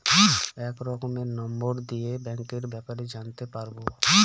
এক রকমের নম্বর দিয়ে ব্যাঙ্কের ব্যাপারে জানতে পারবো